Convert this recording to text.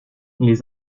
les